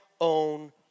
own